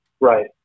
Right